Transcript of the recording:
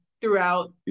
throughout